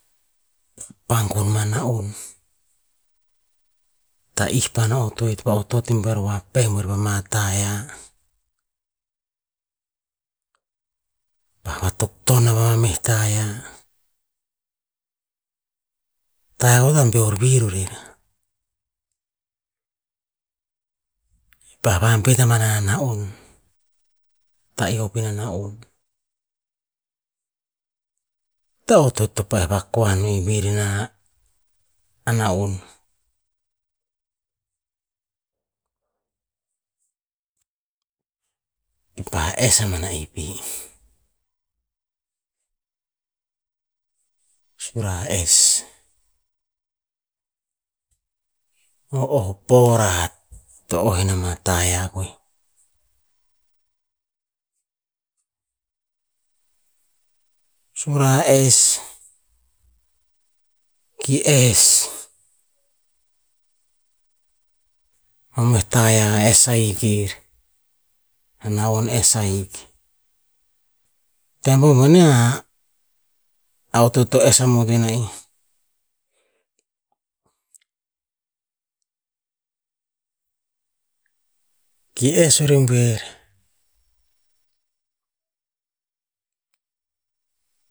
Pa gonn ma na'on, ta'ih pano otoet va otot i buer boa pe'ah ri buer pa ma taia, pa vatok taon pa ma meh taia. Taia ita beor vir o rer, pa vabet ena mah meh na'on, tahi hop ina ma na'on. Tah otoet to pa'eh vakuan o vir nah a na'on. Kipa ess a man ban eh pi. Sura ess, o oh por a hat to oah nom ama taia oih. Sura ess, ki ess, mamoih taia ess ahik er, a na'on ess ahik. Tem po boneh a otoet to ess amot en a'ih, ki ess o roh buer